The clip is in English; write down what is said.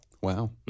Wow